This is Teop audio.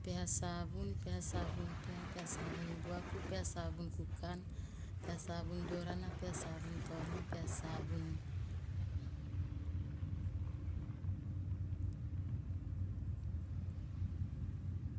peha savun, peha savun peha, peha savun buaku, peha savun kukan, peha savun dorana, peha savun taonim. peha savun.